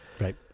right